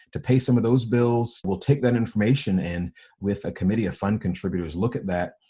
to pay some of those bills. we'll take that information and with a committee of fund contributors look at that,